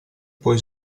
puoi